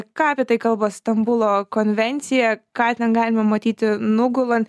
ką apie tai kalba stambulo konvencija ką ten galima matyti nugulant